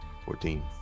Fourteen